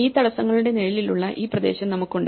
ഈ തടസ്സങ്ങളുടെ നിഴലിലുള്ള ഈ പ്രദേശം നമുക്കുണ്ട്